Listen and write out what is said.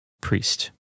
Priest